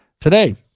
today